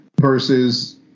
versus